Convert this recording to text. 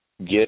Get